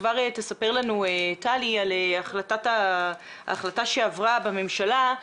כבר תספר לנו טלי על החלטה שעברה בממשלה.